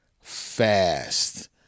fast